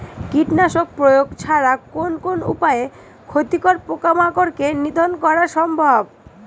কীটনাশক প্রয়োগ ছাড়া কোন কোন উপায়ে ক্ষতিকর পোকামাকড় কে নিধন করা সম্ভব?